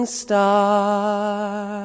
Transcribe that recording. star